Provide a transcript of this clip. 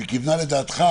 היא כיוונה לדעתך.